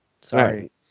Sorry